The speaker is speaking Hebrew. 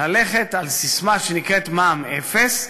ללכת על ססמה שנקראת מע"מ אפס.